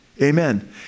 Amen